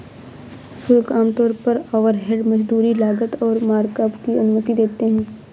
शुल्क आमतौर पर ओवरहेड, मजदूरी, लागत और मार्कअप की अनुमति देते हैं